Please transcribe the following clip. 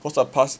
cause the pass